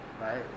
Right